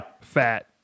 Fat